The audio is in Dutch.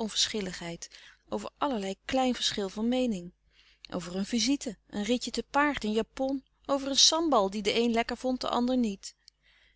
onverschilligheid over allerlei klein verschil van meening over een visite een ritje te paard een japon over een sambal die de een lekker louis couperus de stille kracht vond de ander niet